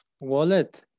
wallet